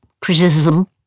criticism